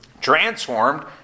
Transformed